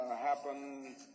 happen